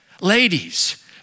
Ladies